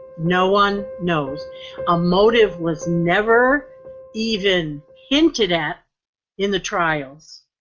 no one knows a motive was never even hinted at in the trials.